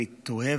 אני תוהה,